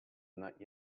not